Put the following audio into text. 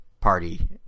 party